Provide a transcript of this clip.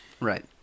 Right